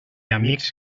amics